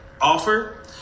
offer